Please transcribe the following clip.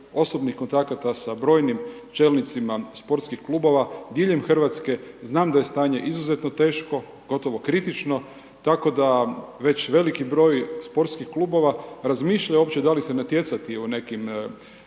osobnih kontakata sa brojnim čelnicima sportskih klubova diljem Hrvatske, znam da je stanje izuzetno teško, gotovo kritično, tako da već veliki broj sportskih klubova razmišljaju uopće da li se natjecati u nekim